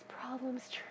problems